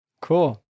Cool